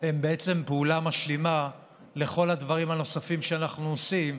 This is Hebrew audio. הן פעולה משלימה לכל הדברים הנוספים שאנחנו עושים.